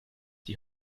die